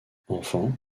enfant